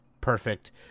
perfect